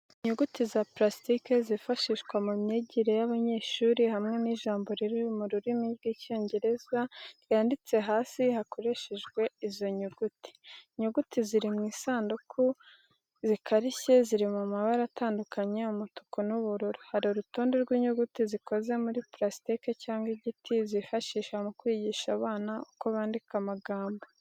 Inyuguti za purasitiki zifashishwa mu myigire yabanyeshuri hamwe n’ijambo riri mu rurimi rw'icyongereza ryanditswe hasi hakoreshejwe izo nyuguti. Inyuguti ziri mu isanduku zikarishye ziri mu mabara atandukanye umutuku n'ubururu. Hari urutonde rw’inyuguti zikoze muri purasitiki cyangwa igiti, zifashishwa mu kwigisha abana uko bandika amagambo.